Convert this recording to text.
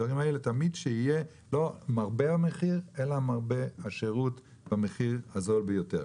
תמיד שהכלל יהיה: לא המרבה במחיר אלא מרבה השירות במחיר הזול ביותר.